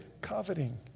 coveting